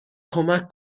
کمک